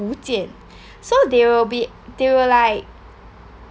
fujian so they will be they will like